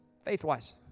faith-wise